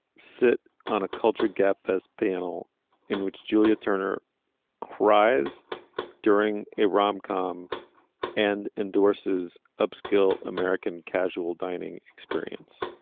sit on a culture gap as people in which julia turner cries during a rom com and endorses upscale american casual dining experience